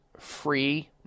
free